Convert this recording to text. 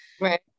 right